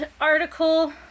article